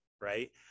right